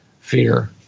fear